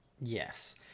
Yes